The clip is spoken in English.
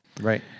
Right